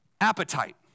appetite